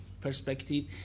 perspective